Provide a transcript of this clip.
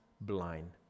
blind